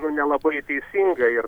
nu nelabai teisinga ir